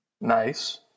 Nice